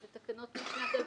זה תקנות משנת 2001,